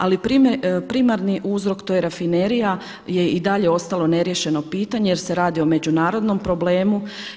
Ali primarni uzrok to je rafinerija je i dalje ostalo neriješeno pitanje jer se radi o međunarodnom problemu.